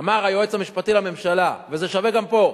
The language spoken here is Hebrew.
אמר היועץ המשפטי לממשלה, וזה שווה גם פה,